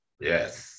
Yes